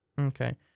Okay